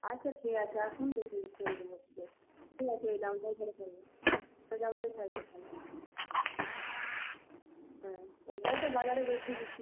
আচ্ছা ঠিক আছে আসুন দেখি করে দেবো ঠিক আছে তাহলে ওই দামটাই থাকবে ওই দামটাই তাহলে থাক হুম হ্যাঁ ওইটাই তো বাজারে বেশি বিক্রি